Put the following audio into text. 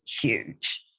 huge